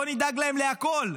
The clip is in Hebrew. בואו נדאג להם לכול,